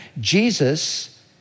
Jesus